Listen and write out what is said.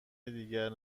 دیگر